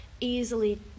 easily